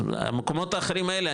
אז המקומות האחרים האלה,